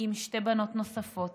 עם שתי בנות נוספות